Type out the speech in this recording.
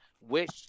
wish